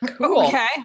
Okay